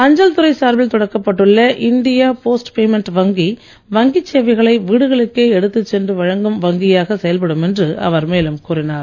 அஞ்சல்துறை சார்பில் தொடக்கப்பட்டுள்ள இண்டியா போஸ்ட் பேமெண்ட் வங்கி வங்கி சேவைகளை வீடுகளுக்கே எடுத்துச் சென்று வழங்கும் வங்கியாக செயல்படும் என்று அவர் மேலும் கூறினார்